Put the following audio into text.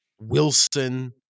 Wilson